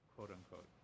quote-unquote